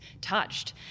touched